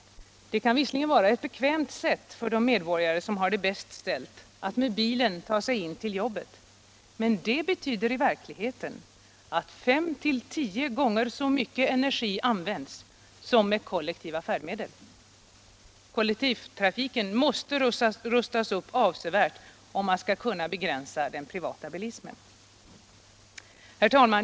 Det kan visserligen vara ett bekvämt sätt för de medborgare som har det bäst ställt att med bilen ta sig in till jobbet, men det betyder i verkligheten att 5-10 gånger så mycket energi används som med kollektiva färdmedel. Kollektivtrafiken måste rustas upp avsevärt, om man skall kunna begränsa den privata bilismen. Herr talman!